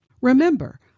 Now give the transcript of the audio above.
Remember